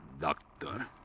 doctor